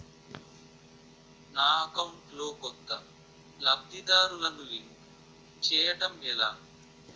నా అకౌంట్ లో కొత్త లబ్ధిదారులను లింక్ చేయటం ఎలా?